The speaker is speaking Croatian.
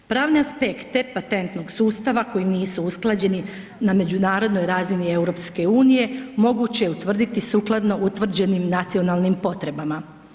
Pravni aspekt te patentnog sustava koji nisu usklađeni na međunarodnoj razini EU moguće je utvrditi sukladno utvrđenim nacionalnim potrebama.